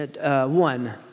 one